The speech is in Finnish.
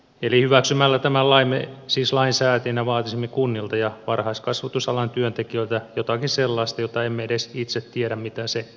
eli hyväksymällä tämän lain me siis lainsäätäjinä vaatisimme kunnilta ja varhaiskasvatusalan työntekijöiltä jotakin sellaista josta emme edes itse tiedä mitä se on